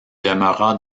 demeura